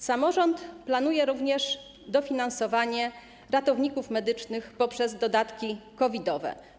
Samorząd planuje również dofinansowanie ratowników medycznych poprzez dodatki COVID-owe.